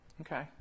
Okay